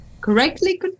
Correctly